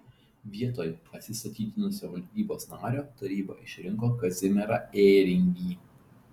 vietoj atsistatydinusio valdybos nario taryba išrinko kazimierą ėringį